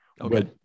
okay